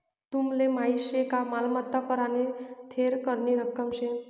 तुमले माहीत शे का मालमत्ता कर आने थेर करनी रक्कम शे